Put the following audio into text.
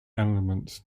elements